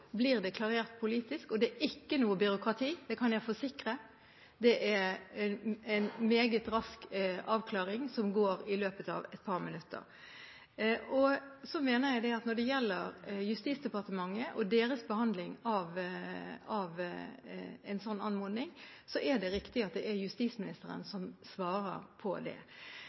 blir det klarert politisk, og det er ikke noe byråkrati. Det kan jeg forsikre om. Det er en meget rask avklaring i løpet av et par minutter. Når det gjelder Justisdepartementet og deres behandling av en slik anmodning, mener jeg det er riktig at justisministeren svarer på det.